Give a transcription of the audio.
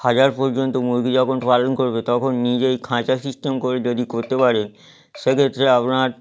হাজার পর্যন্ত মুরগি যখন পালন করবে তখন নিজেই খাঁচা সিস্টেম করে যদি করতে পারেন সেক্ষেত্রে আপনার